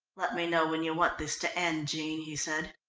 let me know when you want this to end, jean, he said.